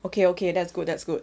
okay okay that's good that's good